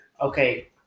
Okay